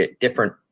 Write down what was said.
different